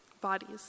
bodies